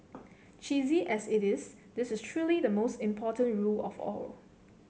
cheesy as it is this is truly the most important rule of all